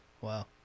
wow